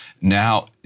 Now